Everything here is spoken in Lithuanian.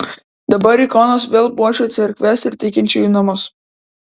dabar ikonos vėl puošia cerkves ir tikinčiųjų namus